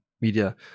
media